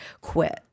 quit